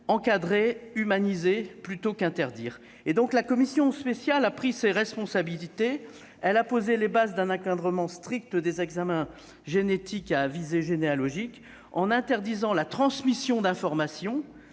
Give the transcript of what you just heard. encadrer et humaniser plutôt qu'interdire ? La commission spéciale a pris ses responsabilités. Elle a posé les bases d'un encadrement strict des examens génétiques à visée généalogique, en interdisant la transmission d'informations